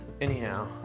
Anyhow